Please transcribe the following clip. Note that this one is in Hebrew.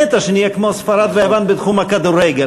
מתה שנהיה כמו ספרד ויוון בתחום הכדורגל.